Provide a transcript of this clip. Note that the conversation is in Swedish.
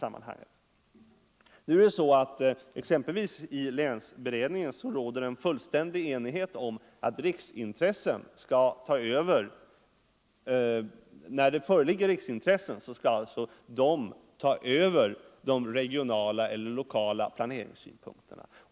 Men exempelvis i länsberedningen råder det fullständig enighet om att riksintressen, om sådana föreligger, skall ta över regionala eller lokala planeringssynpunkter.